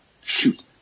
shoot